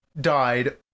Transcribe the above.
died